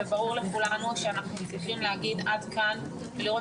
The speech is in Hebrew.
ברור לכולנו שאנחנו צריכים להגיד עד כאן ולראות